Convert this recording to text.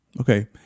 okay